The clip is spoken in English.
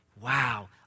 wow